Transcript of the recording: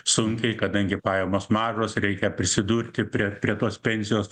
sunkiai kadangi pajamos mažos reikia prisidurti prie prie tos pensijos